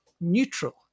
neutral